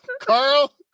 Carl